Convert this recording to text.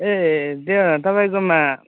ए त्यहाँ तपाईँकोमा